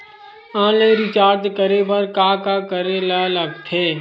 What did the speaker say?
Online recharge करे बर का का करे ल लगथे?